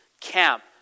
camp